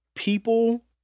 People